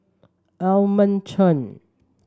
Edmund Chen